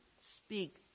speak